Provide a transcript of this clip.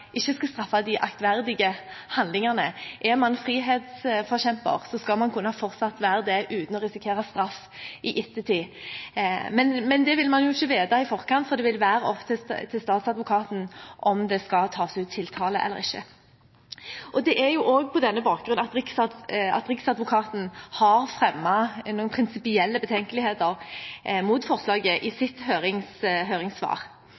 straffe de aktverdige handlingene. Er man frihetsforkjemper, skal man fortsatt kunne være det uten å risikere straff i ettertid. Men det kan man ikke vite i forkant, for det vil være opp til statsadvokaten om det skal tas ut tiltale eller ikke. Det er også på denne bakgrunn at Riksadvokaten har fremmet noen prinsipielle betenkeligheter mot forslaget i sitt høringssvar.